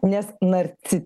nes narci